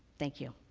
thank you.